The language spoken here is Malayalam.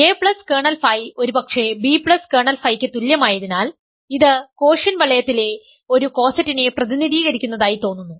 a പ്ലസ് കേർണൽ ഫൈ ഒരുപക്ഷേ b പ്ലസ് കേർണൽ ഫൈക്ക് തുല്യമായതിനാൽ ഇത് കോഷ്യന്റ് വലയത്തിലെ ഒരു കോസെറ്റിനെ പ്രതിനിധീകരിക്കുന്നതായി തോന്നുന്നു